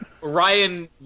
Ryan